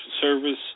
service